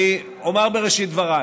אני אומר בראשית דבריי: